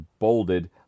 bolded